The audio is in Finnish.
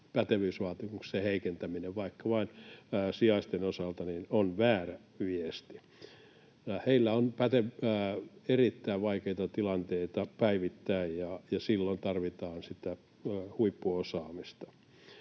pätevyysvaatimusten heikentäminen vaikka vain sijaisten osalta on väärä viesti. Heillä on erittäin vaikeita tilanteita päivittäin, ja silloin tarvitaan sitä huippuosaamista.